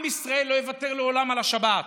עם ישראל לא יוותר לעולם על השבת,